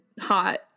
hot